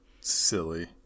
silly